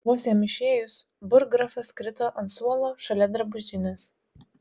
vos jam išėjus burggrafas krito ant suolo šalia drabužinės